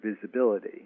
visibility